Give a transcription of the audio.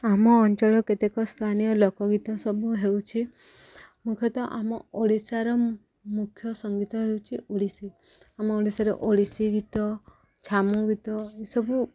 ଆମ ଅଞ୍ଚଳର କେତେକ ସ୍ଥାନୀୟ ଲୋକ ଗୀତ ସବୁ ହେଉଛି ମୁଖ୍ୟତଃ ଆମ ଓଡ଼ିଶାର ମୁ ମୁଖ୍ୟ ସଙ୍ଗୀତ ହେଉଛି ଓଡ଼ିଶୀ ଆମ ଓଡ଼ିଶାରେ ଓଡ଼ିଶୀ ଗୀତ ଛାମୁ ଗୀତ ଏସବୁ